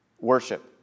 worship